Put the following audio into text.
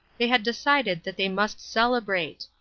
they had decided that they must celebrate.